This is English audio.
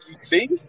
see